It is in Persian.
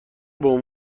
باید